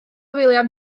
william